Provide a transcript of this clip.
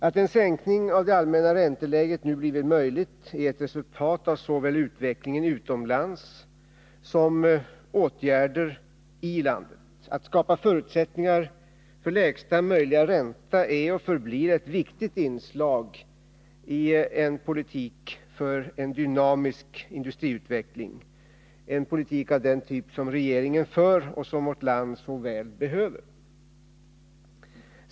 Att en sänkning av det allmänna ränteläget nu blivit möjlig är ett resultat av såväl utvecklingen utomlands som åtgärder i landet. Att skapa förutsättningar för lägsta möjliga ränta är och förblir ett viktigt inslag i en politik för en dynamisk industriutveckling, en politik av den typ som regeringen för och som vårt land så väl behöver.